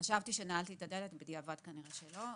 חשבתי שנעלתי את הדלת, בדיעבד כנראה שלא.